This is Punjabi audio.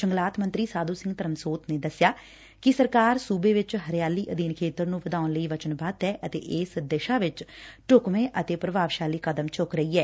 ਜੰਗਲਾਤ ਮੰਤਰੀ ਸਾਧ ਸਿੰਘ ਧਰਮਸੋਤ ਨੇ ਦਸਿਆ ਕਿ ਸਰਕਾਰ ਸਬੇ ਵਿਚ ਹਰਿਆਲੀ ਅਧੀਨ ਖੇਤਰ ਨੂੰ ਵਧਾਉਣ ਲਈ ਵਚਨਬੱਧ ਏ ਅਤੇ ਇਸ ਦਿਸ਼ਾ ਵਿਚ ਢੱਕਵੇਂ ਅਤੇ ਪੁਭਾਵਸ਼ਾਲੀ ਕਦਮ ਚੱਕ ਰਹੀ ਏ